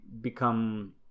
become